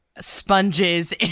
sponges